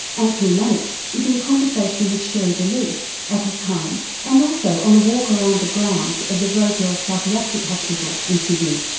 anthony mannix is in conversation with sherre delys at his home and also on a walk around the grounds of the rozelle psychiatric hospital in sydney.